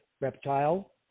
reptile